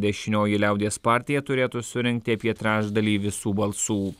dešinioji liaudies partija turėtų surinkti apie trečdalį visų balsų